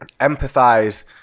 empathize